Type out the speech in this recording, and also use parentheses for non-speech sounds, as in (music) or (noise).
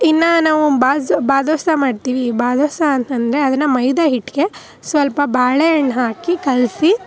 ಇನ್ನು ನಾವು (unintelligible) ಬಾದುಷಾ ಮಾಡ್ತೀವಿ ಬಾದುಷಾ ಅಂತ ಅಂದ್ರೆ ಅದನ್ನು ಮೈದಾ ಹಿಟ್ಟಿಗೆ ಸ್ವಲ್ಪ ಬಾಳೆ ಹಣ್ಣಾಕಿ ಕಲಸಿ